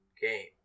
game